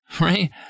right